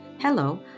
Hello